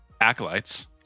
acolytes